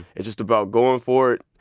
it's just about going for it.